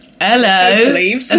Hello